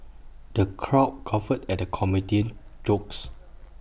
the crowd guffawed at the comedian's jokes